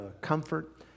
comfort